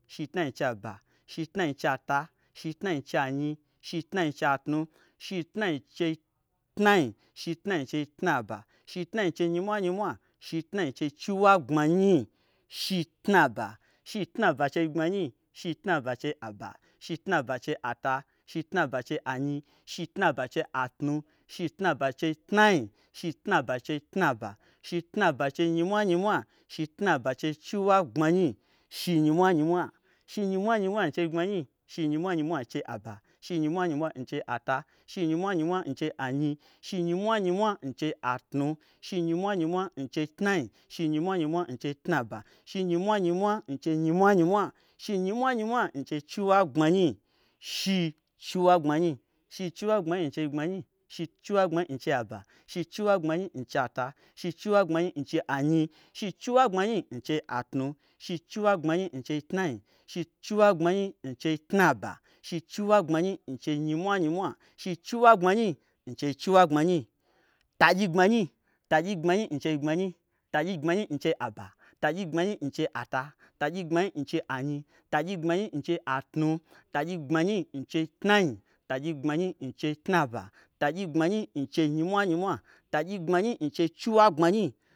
Shitnai chei aba. shitnai chei ata. shitnai chei anyi. shitnai chei atu. shitnai chei tnai. shitnai chei tnaba. shitnai chei nyimwanyimwa. shitnai chei chiwagbmanyi. shi tnaba. shi tnaba chei gbmanyi. shi tnaba chei aba. shi tnaba chei ata. shi tnaba chei anyi. shi tnaba chei atnu. shi tnaba chei tnai. shi tnaba chei tnaba. shi tnaba chei nyimwanyimwa. shi tnaba chei chiwagbmanyi. shi nyimwanyimwa. shi nyimwanyimwa n chei gbmanyi. shi nyimwanyimwa n chei aba. shi nyimwanyimwa n chei ata. shi nyimwanyimwa n chei anyi. shi nyimwanyimwa n chei atnu. shi nyimwanyimwa n chei tnai. shi nyimwanyimwa n chei tnaba. shi nyimwanyimwa n chei nyimwanyimwa. shi nyimwanyimwa n chei nyimwanyimwa. shi nyimwanyimwa n chei chiwagbmanyi. Shi chiwagbmanyi. Shi chiwagbmanyi n chei gbmanyi. Shi chiwagbmanyi n chei aba. Shi chiwagbmanyi n chei ata. Shi chiwagbmanyi n chei anyi. Shi chiwagbmanyi n chei atnu. Shi chiwagbmanyi n chei tnai. Shi chiwagbmanyi n chei tnaba. Shi chiwagbmanyi n chei nyimwanyimwa. Shi chiwagbmanyi n chei chiwagbmanyi. Tagyi gbmanyi. Tagyi gbmanyi n chei gbmanyi. Tagyi gbmanyi n chei aba. Tagyi gbmanyi n chei ata. Tagyi gbmanyi n chei anyi. Tagyi gbmanyi n chei atnu. Tagyi gbmanyi n chei tnai. Tagyi gbmanyi n chei tnaba. Tagyi gbmanyi n chei nyimwanyimwa. Tagyi gbmanyi n chei chiwagbmanyi